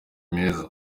meza